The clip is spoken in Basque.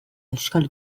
euskal